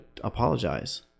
apologize